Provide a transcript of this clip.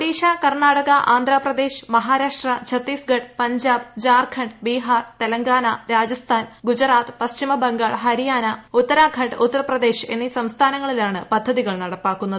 ഒഡിഷ കർണ്ണാടക ആന്ധ്രാപ്രദേശ് മഹാരാഷ്ട്ര ഛത്തീസ്ഗഡ് പഞ്ചാബ് ജാർഖണ്ഡ് ബിഹാർ തെലങ്കാന രാജസ്ഥാൻ ഗുജറാത്ത് പശ്ചിമ ബംഗാൾ ഹരിയാന ഉത്തരാഖണ്ഡ് ഉത്തർപ്രദേശ് എന്നീ സംസ്ഥാനങ്ങളിലാണ് പദ്ധതികൾ നടപ്പാക്കുന്നത്